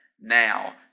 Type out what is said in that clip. now